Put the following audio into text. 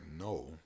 no